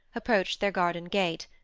approached their garden gate.